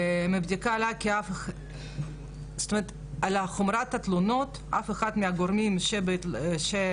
מהבדיקה עלה שעל אף חומרת התלונות אף אחד מהגורמים שהיו